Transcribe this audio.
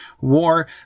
war